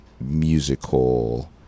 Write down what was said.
musical